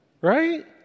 right